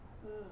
mm